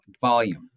volume